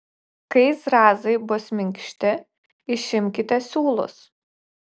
kai zrazai bus minkšti išimkite siūlus